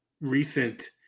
recent